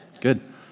Good